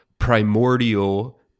primordial